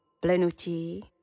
plenutí